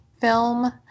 film